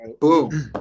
Boom